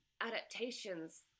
adaptations